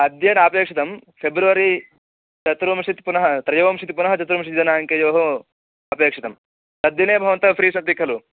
अद्य नापेक्षितं फ़ेब्रवरि चतुर्विंशतिः पुनः त्रयोविंशतिः पुनः चतुर्विंशतिदिनाङ्कयोः अपेक्षितं तद्दिने भवन्तः फ़्रि सन्ति खलु